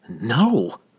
No